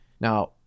Now